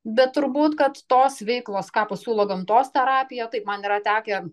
bet turbūt kad tos veiklos ką pasiūlo gamtos terapija taip man yra tekę